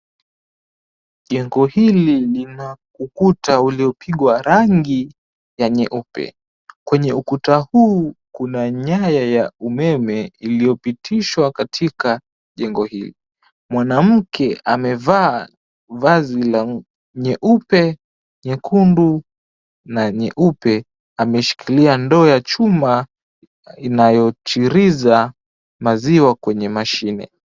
Jengo hili lina ukuta uliopigwa rangi ya nyeupe. Kwenye ukuta huu, kuna nyaya ya umeme iliyopitishwa katika jengo hili. Mwanamke amevaa vazi la nyeupe, nyekundu, na nyeupe, ameshikilia ndoo ya chuma inayochiriza maziwa kwenye mashine.